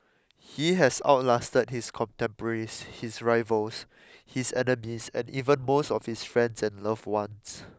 he has out lasted his contemporaries his rivals his enemies and even most of his friends and loved ones